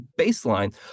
baseline